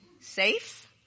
Safe